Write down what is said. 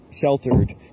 sheltered